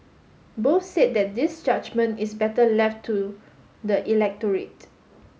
both said that this judgement is better left to the electorate